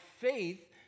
faith